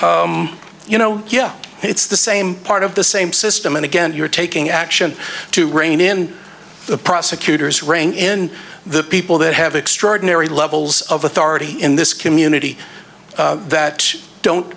twenty you know yeah it's the same part of the same system and again you're taking action to rein in the prosecutor's rang in the people that have extraordinary levels of authority in this community that don't